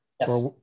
Yes